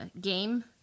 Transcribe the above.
game